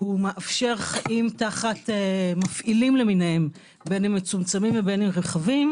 הוא מאפשר חיים תחת למפעילים למיניהם בין אם מצומצמים ובין אם רחבים,